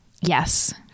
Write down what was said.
Yes